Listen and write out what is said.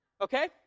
Okay